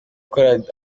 korali